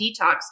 detox